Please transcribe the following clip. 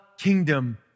kingdom